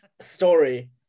story